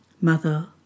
Mother